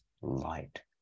light